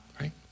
right